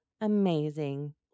amazing